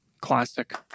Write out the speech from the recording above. Classic